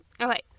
Okay